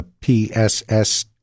PSS